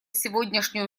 сегодняшнюю